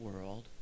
world